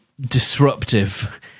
disruptive